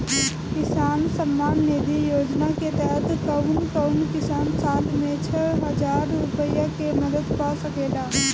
किसान सम्मान निधि योजना के तहत कउन कउन किसान साल में छह हजार रूपया के मदद पा सकेला?